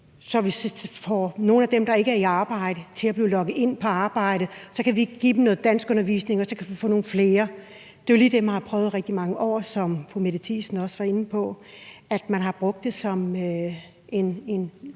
hvor vi får nogle af dem, der ikke er i arbejde, til at blive lokket ind for at få et arbejde, og hvor vi så kan give dem noget danskundervisning, og så kan vi få nogle flere. Det er jo lige det, man har prøvet i rigtig mange år, som fru Mette Thiesen også var inde på, altså at man har brugt det som